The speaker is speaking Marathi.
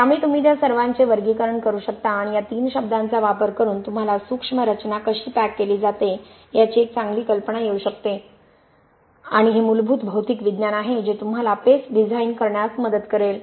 त्यामुळे तुम्ही त्या सर्वांचे वर्गीकरण करू शकता आणि या तीन शब्दांचा वापर करून तुम्हाला सूक्ष्म रचना कशी पॅक केली जाते याची एक चांगली कल्पना येऊ शकते आणि हे मूलभूत भौतिक विज्ञान आहे जे तुम्हाला पेस्ट डिझाइन करण्यात मदत करेल